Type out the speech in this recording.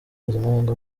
mpuzamahanga